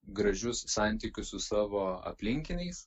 gražius santykius su savo aplinkiniais